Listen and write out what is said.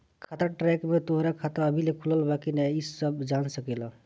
खाता ट्रैक में तोहरा खाता अबही ले खुलल बा की ना इ सब जान सकेला